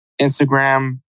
Instagram